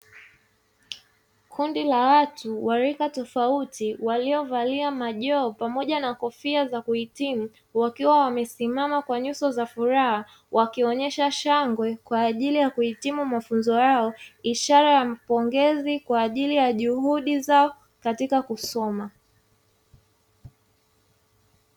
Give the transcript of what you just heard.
Kundi la watu wa rika tofauti walio valia majoho pamoja na kofia za kuitimu, wakiwa wamesimama kwa nyuso za furaha wakionyesha shangwe kwaajili ya kuhitimu mafunzo yao, ishara ya mapongezi kwaajili ya juhudi zao katika kusoma.